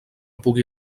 pugui